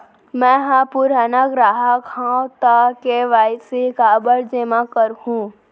मैं ह पुराना ग्राहक हव त के.वाई.सी काबर जेमा करहुं?